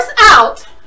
out